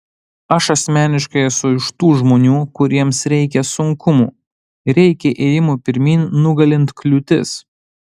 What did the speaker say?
aš asmeniškai esu iš tų žmonių kuriems reikia sunkumų reikia ėjimo pirmyn nugalint kliūtis